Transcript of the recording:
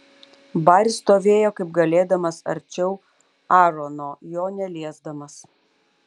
baris stovėjo kaip galėdamas arčiau aarono jo neliesdamas